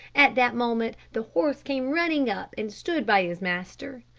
at that moment the horse came running up, and stood by his master.